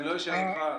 אני לא אשאל אותך.